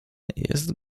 jest